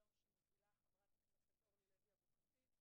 יום שמובילה חברת הכנסת אורלי לוי אבקסיס,